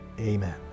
Amen